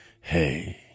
hey